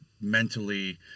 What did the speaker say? mentally